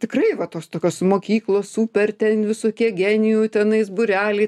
tikrai va tos tokios mokyklos super ten visokie genijų tenais būreliai